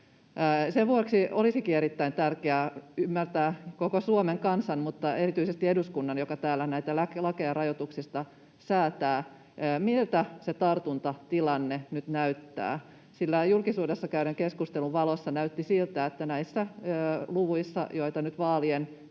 Sen vuoksi olisikin erittäin tärkeää koko Suomen kansan mutta erityisesti eduskunnan, joka täällä näitä lakeja rajoituksista säätää, ymmärtää, miltä se tartuntatilanne nyt näyttää, sillä julkisuudessa käydyn keskustelun valossa näytti siltä, että näissä luvuissa, joita nyt vaalien